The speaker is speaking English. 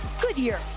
Goodyear